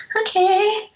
okay